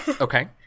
okay